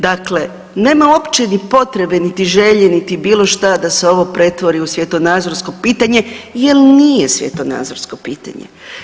Dakle, nema uopće ni potrebe niti želje niti bilo šta da se ovo pretvori u svjetonazorsko pitanje jer nije svjetonazorsko pitanje.